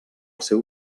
seu